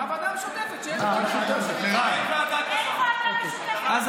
לוועדה המשותפת, אין ועדה כזאת, תצביעו לאחת